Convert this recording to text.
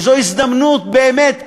וזו הזדמנות באמת,